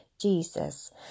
Jesus